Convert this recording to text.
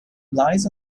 lies